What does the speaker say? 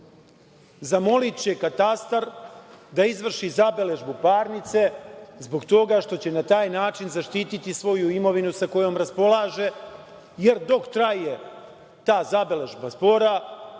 Zamoliće katastar da izvrši zabeležbu parnice zbog toga što će na taj način zaštititi svoju imovinu kojom raspolaže, jer dok traje ta zabeležba spora,